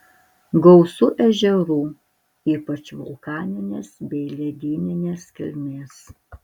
gausu ežerų ypač vulkaninės bei ledyninės kilmės